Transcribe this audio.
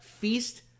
Feast